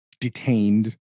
detained